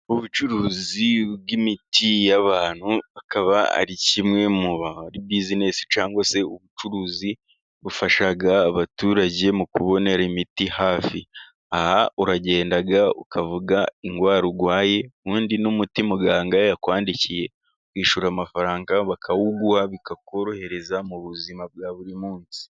Ubucuruzi bw'imiti y'abantu, akaba ari kimwe muri bizinesi cyangwa se ubucuruzi bufasha abaturage mu kubonera imiti hafi. Aha uragenda ukavuga indwara urwaye, ubundi n'umuti muganga yakwandikiye. Wishyura amafaranga bakawuguha bikakorohereza mu buzima bwa buri munsi.